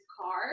car